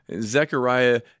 Zechariah